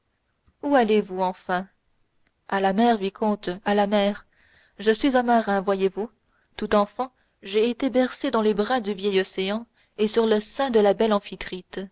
où allez-vous enfin à la mer vicomte à la mer je suis un marin voyez-vous tout enfant j'ai été bercé dans les bras du vieil océan et sur le sein de la belle